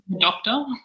doctor